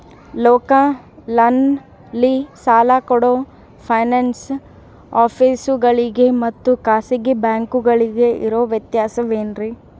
ಲೋಕಲ್ನಲ್ಲಿ ಸಾಲ ಕೊಡೋ ಫೈನಾನ್ಸ್ ಆಫೇಸುಗಳಿಗೆ ಮತ್ತಾ ಖಾಸಗಿ ಬ್ಯಾಂಕುಗಳಿಗೆ ಇರೋ ವ್ಯತ್ಯಾಸವೇನ್ರಿ?